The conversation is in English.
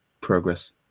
progress